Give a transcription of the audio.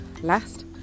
last